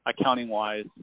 accounting-wise